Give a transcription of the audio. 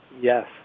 Yes